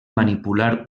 manipular